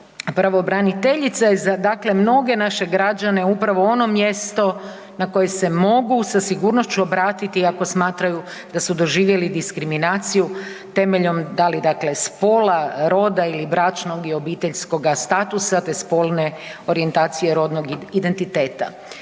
Pravobraniteljica je za dakle mnoge naše građane upravo ono mjesto na koje se mogu sa sigurnošću obratiti ako smatraju da su doživjeli diskriminaciju temeljem, da li dakle, spola, roda ili bračnog i obiteljskoga statusa te spolne orijentacije, rodnog identiteta.